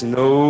no